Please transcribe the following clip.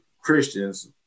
Christians